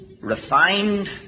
refined